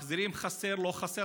מחזירים, חסר, לא חסר.